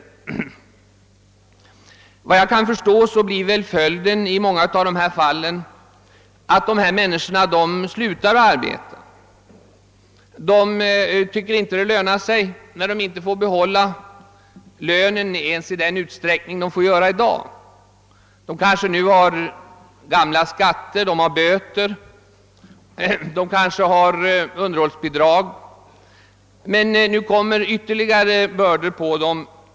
Såvitt jag kan förstå blir följden i många av dessa fall att dessa människor slutar att arbeta. De tycker inte det lönar sig, när de inte får behålla lönen ens i den utsträckning de får göra i dag. De kanske nu har gamla skatter, böter eller underhållsbidrag att betala, men det som nu föreslås skulle innebära att man lade ytterligare bördor på dem.